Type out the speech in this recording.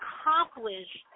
accomplish